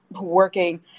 working